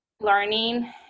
learning